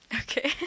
Okay